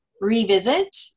revisit